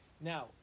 Now